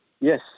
Yes